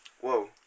Whoa